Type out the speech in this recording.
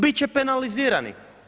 Bit će penalizirani.